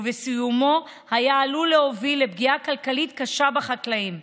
וסיומו היה עלול להוביל לפגיעה כלכלית קשה בחקלאים.